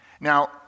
Now